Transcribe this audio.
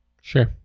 sure